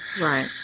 Right